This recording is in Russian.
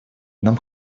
нам